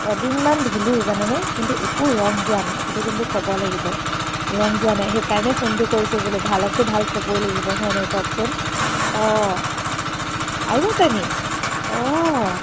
এদিন মান ধুলো জানেনে কিন্তু একো ৰং যোৱা নাই সেইটো কিন্তু ক'ব লাগিব ৰং যোৱা নাই সেই কাৰণে ফোনটো কৰিছো বোলো ভালকটো ভাল ক'বই লাগিব হয় নাই কওকচোন অ' আৰু আছে নি অ'